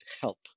help